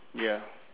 ya